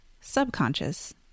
subconscious